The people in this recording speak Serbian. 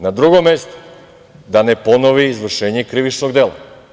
Na drugom mestu, da ne ponovi izvršenje krivičnog dela.